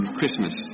Christmas